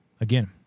again